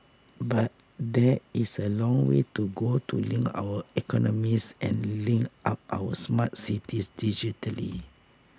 but there is A long way to go to link our economies and link up our smart cities digitally